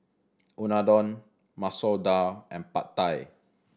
Unadon Masoor Dal and Pad Thai